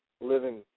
living